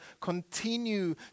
continue